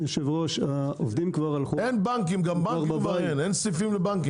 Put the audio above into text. גם לבנקים אין סניפים.